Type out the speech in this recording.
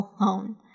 alone